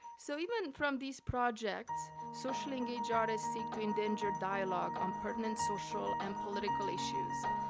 so even from these projects, socially engaged artists seek to engender dialogue on pertinent social and political issues,